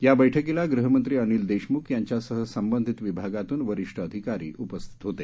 या बैठकीला गृहमंत्री अनिल देशमुख यांच्यासह संबंधित विभागातून वरिष्ठ अधिकारी उपस्थित होते